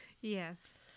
Yes